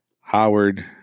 Howard